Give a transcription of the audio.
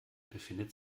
befindet